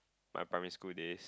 my primary school days